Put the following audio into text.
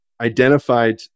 identified